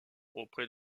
auprès